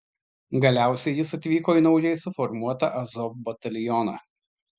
galiausiai jis atvyko į naujai suformuotą azov batalioną